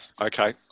Okay